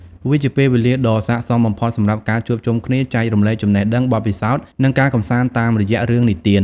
វាជាពេលវេលាដ៏ស័ក្តិសមបំផុតសម្រាប់ការជួបជុំគ្នា ចែករំលែកចំណេះដឹង បទពិសោធន៍ និងការកម្សាន្តតាមរយៈរឿងនិទាន ។